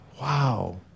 wow